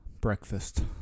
Breakfast